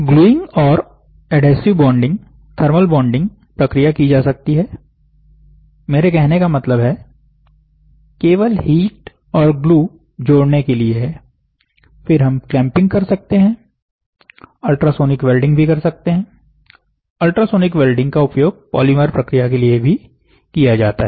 gluing और adhesive bonding thermal bonding प्रक्रिया की जा सकती है मेरे कहने का मतलब है केवल हीट और ग्लू जोड़ने के लिए है फिर हम क्लैंपिंग कर सकते हैं अल्ट्रासोनिक वेल्डिंग भी कर सकते हैं अल्ट्रासोनिक वेल्डिंग का उपयोग पाॅलीमर प्रक्रिया के लिए भी किया जाता है